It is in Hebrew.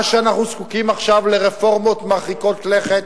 מה שאנחנו זקוקים לו עכשיו זה רפורמות מרחיקות לכת,